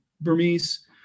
Burmese